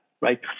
right